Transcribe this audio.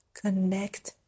connect